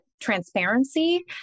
transparency